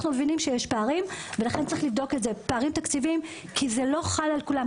אנחנו מבינים שיש פערים תקציביים כי זה לא חל על כולם,